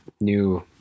new